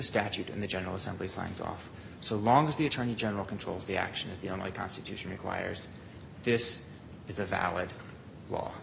statute in the general assembly signs off so long as the attorney general controls the action of the only constitution requires this is a valid law